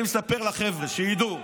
אני מספר לחבר'ה, שידעו.